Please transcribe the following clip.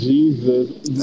Jesus